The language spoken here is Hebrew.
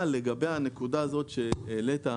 אבל לגבי הנקודה שהעלית,